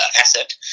asset